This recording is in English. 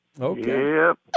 okay